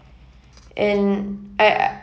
and I I